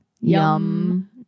yum